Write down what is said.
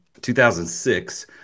2006